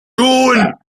tun